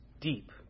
deep